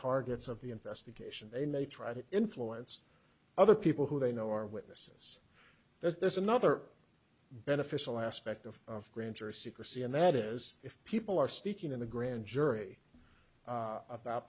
targets of the investigation they may try to influence other people who they know are witnesses there's another beneficial aspect of grand jury secrecy and that is if people are speaking in the grand jury about